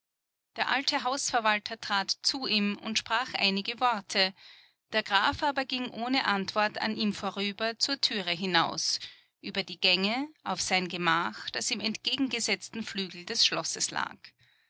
der alte hausverwalter trat zu ihm und sprach einige worte der graf aber ging ohne antwort an ihm vorüber zur türe hinaus über die gänge auf sein gemach das im entgegengesetzten flügel des schlosses lag